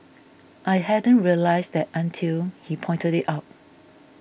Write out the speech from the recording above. I hadn't realised that until he pointed it out